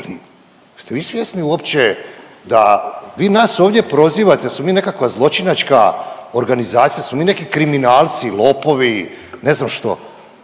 Ali, jeste vi svjesni uopće da vi nas ovdje prozivate da smo mi nekakva zločinačka organizacija, da smo mi nekakvi kriminalci, lopovi, ne znam što?